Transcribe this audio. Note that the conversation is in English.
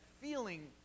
feeling